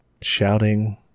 shouting